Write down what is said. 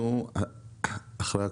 אחרי הקורונה,